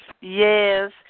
Yes